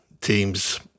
teams